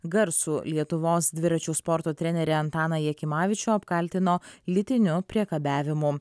garsų lietuvos dviračių sporto trenerį antaną jakimavičių apkaltino lytiniu priekabiavimu